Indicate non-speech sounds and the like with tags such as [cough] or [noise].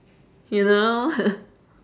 you know [laughs]